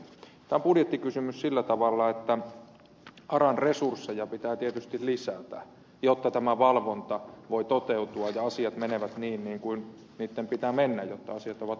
tämä on budjettikysymys sillä tavalla että aran resursseja pitää tietysti lisätä jotta tämä valvonta voi toteutua ja asiat menevät niin kuin niitten pitää mennä jotta asiat ovat oikein